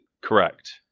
correct